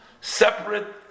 separate